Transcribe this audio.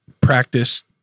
practice